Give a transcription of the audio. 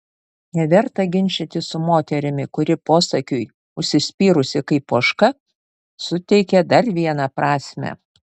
neverta ginčytis su moterimi kuri posakiui užsispyrusi kaip ožka suteikė dar vieną prasmę